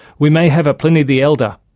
we may have a pliny the elder,